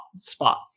spot